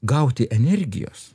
gauti energijos